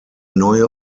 neue